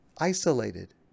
isolated